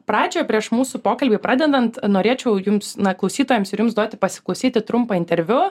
pradžioje prieš mūsų pokalbį pradedant norėčiau jums na klausytojams ir jums duoti pasiklausyti trumpą interviu